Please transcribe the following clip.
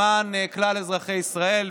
למען כלל אזרחי ישראל,